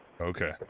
Okay